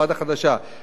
לפי המוקדם.